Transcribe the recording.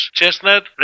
chestnut